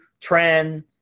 Trend